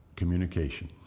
Communication